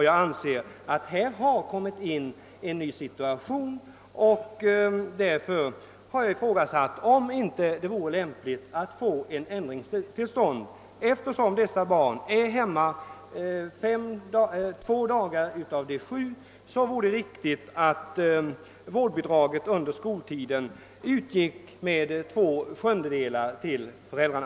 Jag anser att här möter man en ny situation, och därför har jag ifrågasatt om det inte vore lämpligt att genomföra en ändring. Barnen är som sagt hemma två av veckans sju dagar, och då vore det enligt min mening riktigt att av vårdbidraget under skoltiden 2/7 utgick till föräldrarna.